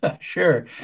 Sure